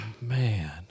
man